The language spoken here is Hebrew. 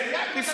קשור, אני אענה.